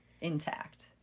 intact